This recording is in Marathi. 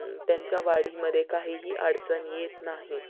त्यांच्या वाढीमध्ये काहीही अडचण येत नाही